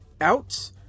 out